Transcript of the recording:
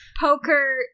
poker